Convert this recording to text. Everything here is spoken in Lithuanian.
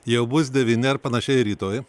jau bus devyni ar panašiai rytoj